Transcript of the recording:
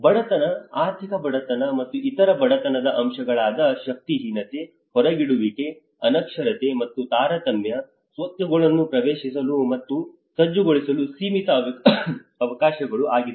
ಬಡತನ ಆರ್ಥಿಕ ಬಡತನ ಮತ್ತು ಇತರ ಬಡತನದ ಅಂಶಗಳಾದ ಶಕ್ತಿಹೀನತೆ ಹೊರಗಿಡುವಿಕೆ ಅನಕ್ಷರತೆ ಮತ್ತು ತಾರತಮ್ಯ ಸ್ವತ್ತುಗಳನ್ನು ಪ್ರವೇಶಿಸಲು ಮತ್ತು ಸಜ್ಜುಗೊಳಿಸಲು ಸೀಮಿತ ಅವಕಾಶಗಳು ಆಗಿದೆ